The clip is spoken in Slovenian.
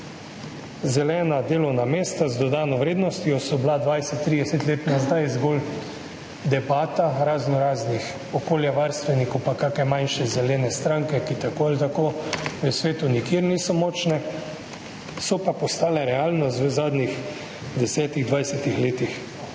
Zelena delovna mesta z dodano vrednostjo so bila 20, 30 let nazaj zgolj debata raznoraznih okoljevarstvenikov, pa kakšne manjše zelene stranke, ki tako ali tako v svetu nikjer niso močne, so pa postale realnost v zadnjih 10, 20 letih.